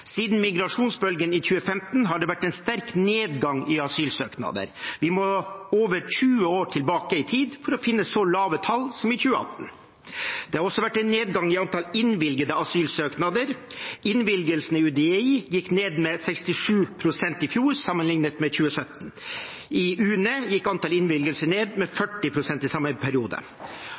Siden migrasjonsbølgen i 2015 har det vært en sterk nedgang i antall asylsøknader. Vi må over 20 år tilbake i tid for å finne så lave tall som i 2018. Det har også vært en nedgang i antall innvilgede asylsøknader. Innvilgelsene i UDI gikk ned med 67 pst. i fjor sammenlignet med i 2017. I UNE gikk antall innvilgelser ned med 40 pst. i samme periode.